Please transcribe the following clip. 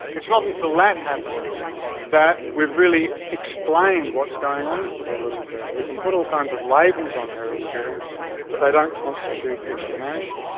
it's not until that happens that we've really explained what's going on for the little girl. you can put all kinds of labels on her experience but they don't constitute explanations.